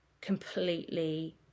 completely